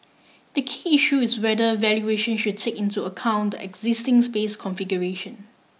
the key issue is whether valuation should take into account the existing space configuration